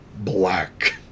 Black